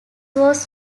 was